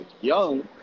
young